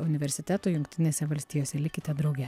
iš ročesterio universiteto jungtinėse valstijose likite drauge